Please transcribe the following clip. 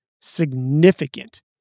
significant